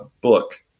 book